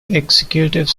executive